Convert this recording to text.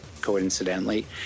coincidentally